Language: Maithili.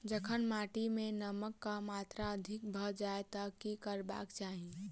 जखन माटि मे नमक कऽ मात्रा अधिक भऽ जाय तऽ की करबाक चाहि?